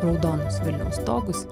raudonus vilniaus stogus